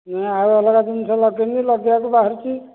ନା ଆଉ ଅଲଗା ଜିନିଷ ଲଗାଇନି ଲଗାଇବାକୁ ବାହାରୁଛି